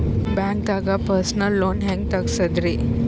ಬ್ಯಾಂಕ್ದಾಗ personal loan ಹೆಂಗ್ ತಗ್ಸದ್ರಿ?